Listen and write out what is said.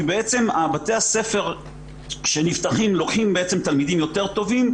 בתי הספר שנפתחים לוקחים תלמידים יותר טובים,